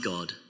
God